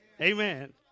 Amen